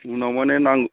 उनाव माने